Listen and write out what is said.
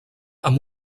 amb